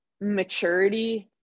maturity